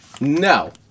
No